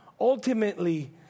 ultimately